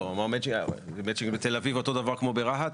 המצ'ינג בתל אביב אותו דבר כמו ברהט?